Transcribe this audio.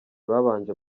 babanje